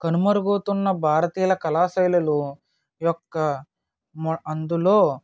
కనుమరుగవుతున్నా భారతీయుల కళాశైలులు యొక్క మొ అందులో